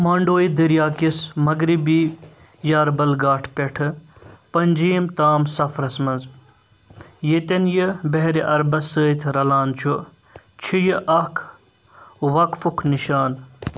مانٛڈووی دٔریاو کِس مَغرِبی یارٕبَل گھاٹ پٮ۪ٹھٕ پَنٛجیٖم تام سفرس منز ییٛتٮ۪ن یہٕ بحرِ اربس سۭتۍ رلان چھُ چھُ یہِ اكھ وَقفُک نِشان